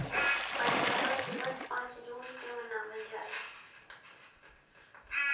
पर्यावरण दिवस पाँच जून के मनावल जाला